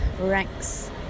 ranks